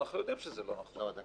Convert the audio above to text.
אנחנו יודעים שזה לא נכון.